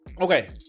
Okay